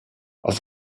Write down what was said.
auf